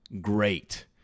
great